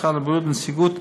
משרד הבריאות ונציגות